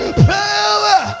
power